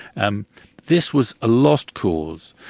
and this was a lost cause.